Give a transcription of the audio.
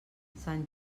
sant